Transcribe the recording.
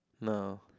No